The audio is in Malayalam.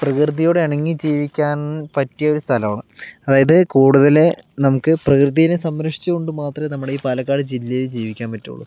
പ്രകൃതിയോട് ഇണങ്ങി ജീവിക്കാന് പറ്റിയൊരു സ്ഥലമാണ് അതായത് കൂടുതൽ നമുക്ക് പ്രകൃതിയെ സംരക്ഷിച്ചുകൊണ്ടു മാത്രമേ നമ്മുടെ ഈ പാലക്കാട് ജില്ലയിൽ ജീവിക്കാന് പറ്റുള്ളൂ